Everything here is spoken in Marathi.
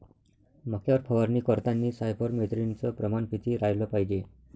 मक्यावर फवारनी करतांनी सायफर मेथ्रीनचं प्रमान किती रायलं पायजे?